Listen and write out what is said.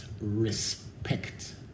respect